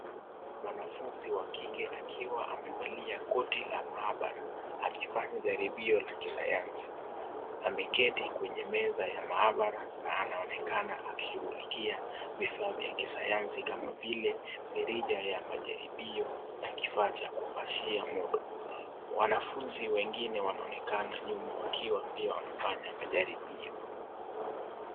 Mwanafunzi wa kike akiwa amevalia koti la maabara, akifanya jaribio la kisayansi. Ameketi kwenye meza ya maabara, na anaonekana akishughulikia vifaa vya kisayansi kama vile merija ya majaribio na kifaa cha kupashia moto. Wanafunzi wengine wanaonekana nyuma wakiwa pia wanafanya majaribio.